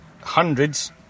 hundreds